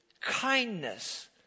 kindness